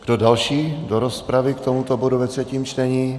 Kdo další do rozpravy k tomuto bodu ve třetím čtení?